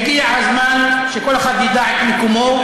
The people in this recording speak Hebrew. הגיע הזמן שכל אחד ידע את מקומו,